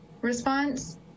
response